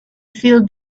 feel